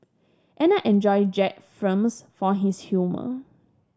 and I enjoy Jack's films for his humour